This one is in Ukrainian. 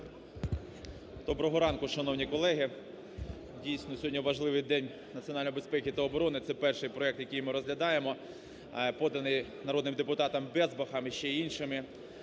Доброго ранку, шановні колеги! Дійсно, сьогодні важливий день національної безпеки та оборони, це перший проект, який ми розглядаємо поданий народним депутатом Безбахом і ще іншими.